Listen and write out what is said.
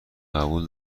قبول